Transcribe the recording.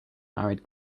married